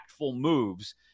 moves